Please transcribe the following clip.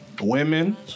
Women